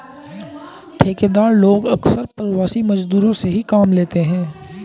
ठेकेदार लोग अक्सर प्रवासी मजदूरों से ही काम लेते हैं